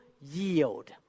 yield